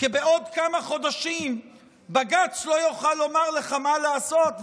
כי בעוד כמה חודשים בג"ץ לא יוכל לומר לך מה לעשות,